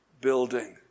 building